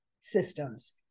systems